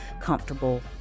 comfortable